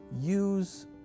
use